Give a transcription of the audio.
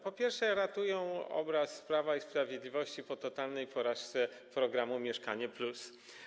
Po pierwsze, ratują obraz Prawa i Sprawiedliwości po totalnej porażce programu „Mieszkanie+”